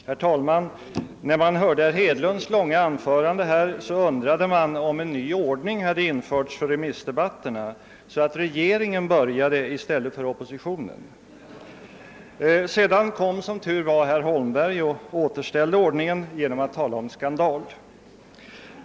Herr talman! När man hörde herr Hedlunds långa anförande undrade man, om nya regler hade införts för remissdebatterna, så att regeringen började i stället för oppositionen. Sedan kom som tur var herr Holmberg och återställde ordningen genom att tala om skandal.